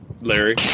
Larry